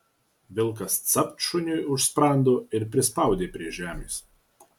vilkas capt šuniui už sprando ir prispaudė prie žemės